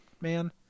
man